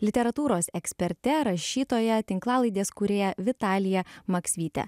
literatūros eksperte rašytoja tinklalaidės kūrėja vitalija maksvyte